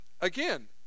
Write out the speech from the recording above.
again